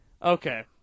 Okay